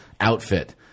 outfit